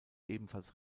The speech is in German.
ebenfalls